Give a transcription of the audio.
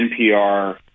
NPR